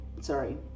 sorry